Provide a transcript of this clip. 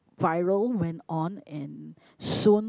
viral went on and soon